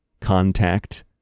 contact